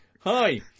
Hi